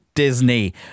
Disney